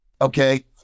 okay